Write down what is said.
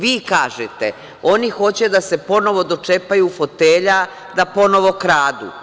Vi kažete - oni hoće da se ponovo dočepaju fotelja da ponovo kradu.